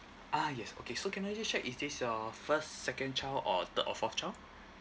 ah yes okay so can I just check is this your first second child or third or fourth child